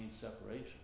separation